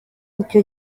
icyo